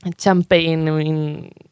Champagne